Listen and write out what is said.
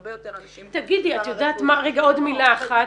הרבה יותר אנשים פארא-רפואיים שלא -- עוד מילה אחת,